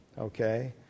okay